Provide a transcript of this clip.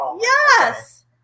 Yes